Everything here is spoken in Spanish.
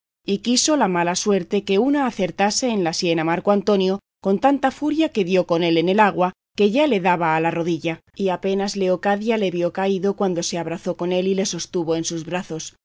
y quiso la mala suerte que una acertase en la sien a marco antonio con tanta furia que dio con él en el agua que ya le daba a la rodilla y apenas leocadia le vio caído cuando se abrazó con él y le sostuvo en sus brazos